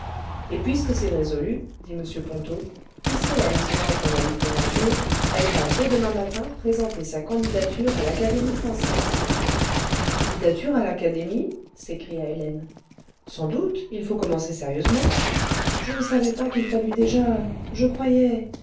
et puisque c'est résolu dit m ponto puisqu'hélène se lance dans la littérature elle va dès demain matin présenter sa candidature à l'académie française ma candidature à l'académie s'écria hélène sans doute il faut commencer sérieusement je ne savais pas qu'il fallût déjà je croyais